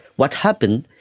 what happened,